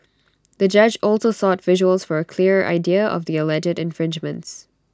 the judge also sought visuals for A clearer idea of the alleged infringements